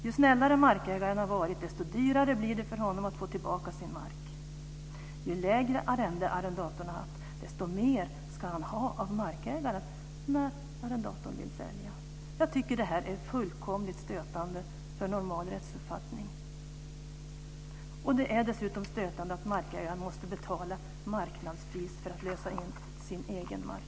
Ju snällare markägaren har varit, desto dyrare blir det för honom att få tillbaka sin mark. Ju lägre arrende som arrendatorn har haft, desto mer ska arrendatorn ha av markägaren när han vill sälja. Jag tycker att detta är mycket stötande för normal rättsuppfattning. Det är dessutom stötande att markägaren måste betala marknadspris för att lösa in sin egen mark.